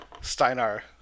Steinar